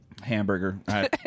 Hamburger